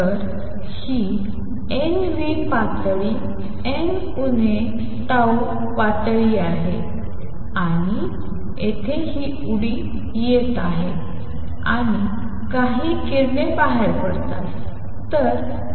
तर ही n वी पातळी n उणे ता पातळी आहे आणि येथे ही उडी येत आहे आणि काही किरणे बाहेर पडतात